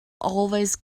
always